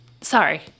sorry